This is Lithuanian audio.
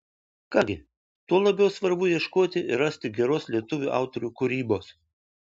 ką gi tuo labiau svarbu ieškoti ir rasti geros lietuvių autorių kūrybos